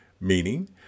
Meaning